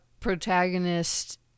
protagonist